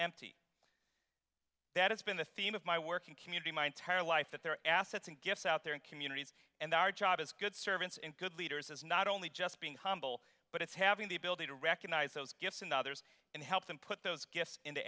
empty that it's been the theme of my working community my entire life that their assets and gifts out there in communities and that our job is good servants and good leaders is not only just being humble but it's having the ability to recognize those gifts in others and help them put those gifts